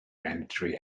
mandatory